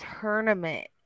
tournament